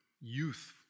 youth